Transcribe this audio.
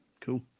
Cool